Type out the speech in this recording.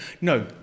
no